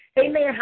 amen